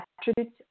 attributes